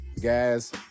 Guys